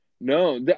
No